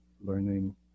learning